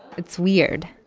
it's weird.